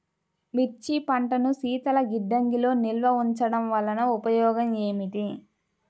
మిర్చి పంటను శీతల గిడ్డంగిలో నిల్వ ఉంచటం వలన ఉపయోగం ఏమిటి?